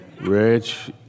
Rich